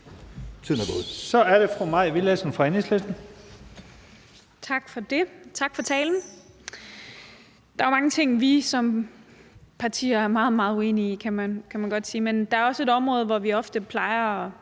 Så er det fru Mai Villadsen fra Enhedslisten.